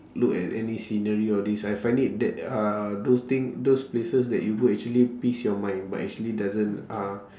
look at any scenery all this I find it that uh those thing those places that you go actually peace your mind but actually doesn't uh